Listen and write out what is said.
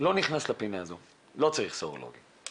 לא נכנס לפינה הזו, לא צריך סרולוגי.